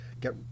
get